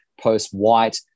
post-white